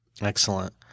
Excellent